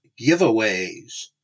giveaways